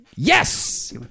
Yes